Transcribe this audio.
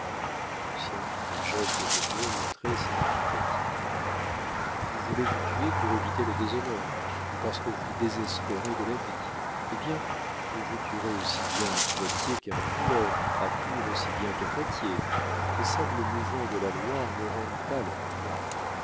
mal lucien fit un geste d'épaules très significatif vous voulez vous tuer pour éviter le déshonneur ou parce que vous désespérez de la vie eh bien vous vous tuerez aussi bien à poitiers qu'à angoulême à tours aussi bien qu'à poitiers les sables mouvants de la loire ne rendent pas leur proie